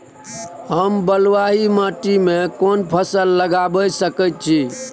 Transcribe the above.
हम बलुआही माटी में कोन फसल लगाबै सकेत छी?